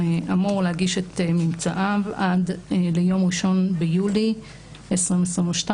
אמור להגיש את ממצאיו עד ליום 01 ביולי 2022,